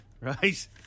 right